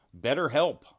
BetterHelp